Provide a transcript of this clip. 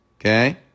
Okay